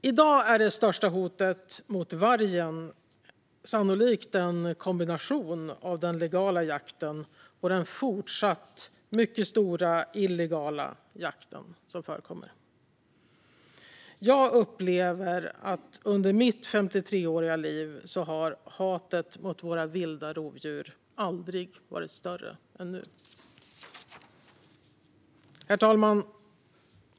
I dag är det största hotet mot vargen sannolikt en kombination av den legala jakten och den fortsatt mycket stora illegala jakt som förekommer. Jag upplever att hatet mot våra vilda rovdjur aldrig under mitt 53-åriga liv har varit större än nu. Herr talman!